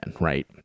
right